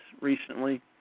recently